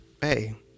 hey